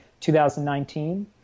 2019